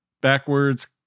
backwards